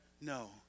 No